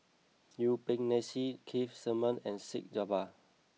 Yuen Peng McNeice Keith Simmons and Syed Albar